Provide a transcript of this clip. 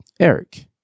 Eric